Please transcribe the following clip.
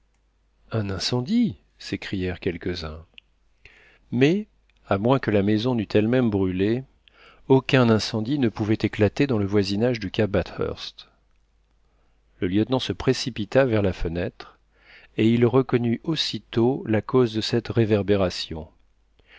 un incendie s'écrièrent quelques-uns mais à moins que la maison n'eût elle-même brûlé aucun incendie ne pouvait éclater dans le voisinage du cap bathurst le lieutenant se précipita vers la fenêtre et il reconnut aussitôt la cause de cette réverbération